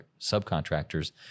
subcontractors